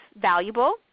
valuable